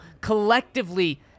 collectively